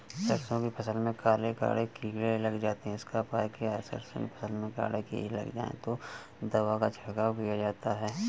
सरसो की फसल में काले काले कीड़े लग जाते इसका उपाय बताएं?